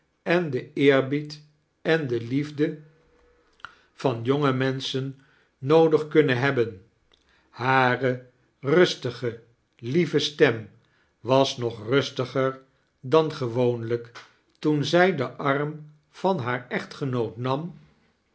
en den eerbied eai de liefde van jongere menschen noodig kunnen hebben hare rustige lieve stem was nog rustiger dan gewoonlijk toen zij dein arm van haar echtgenoot nam